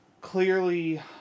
clearly